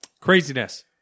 Craziness